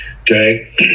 Okay